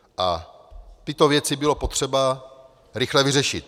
A tyto věci bylo potřeba rychle vyřešit.